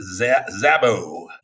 Zabo